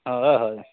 ହଏ ହଏ